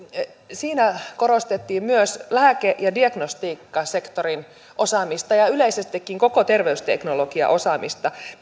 siinä korostettiin myös lääke ja diagnostiikkasektorin osaamista ja yleisestikin koko terveysteknologiaosaamista